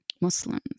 Muslims